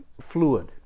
fluid